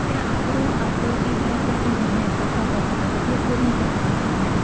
ការអប់រំអំពី ការប្រើប្រាស់អ៊ីនធឺណិតប្រកបដោយសុវត្ថិភាព គឺមានសារៈសំខាន់ណាស់។